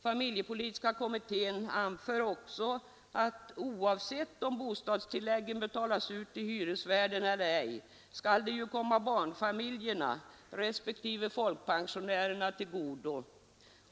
Familjepolitiska kommittén anför också att ”oavsett om bostadstilläggen betalas ut till hyresvärden eller ej skall de ju komma barnfamiljerna — respektive folkpensionärerna — tillgodo.